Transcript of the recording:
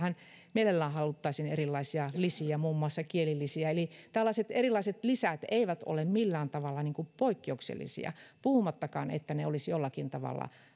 mielellään haluttaisiin erilaisia lisiä muun muassa kielilisiä eli tällaiset erilaiset lisät eivät ole millään tavalla poikkeuksellisia puhumattakaan siitä että ne olisivat jollakin tavalla